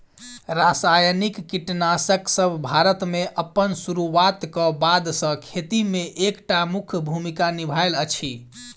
रासायनिक कीटनासकसब भारत मे अप्पन सुरुआत क बाद सँ खेती मे एक टा मुख्य भूमिका निभायल अछि